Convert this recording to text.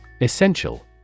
Essential